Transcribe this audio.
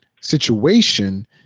situation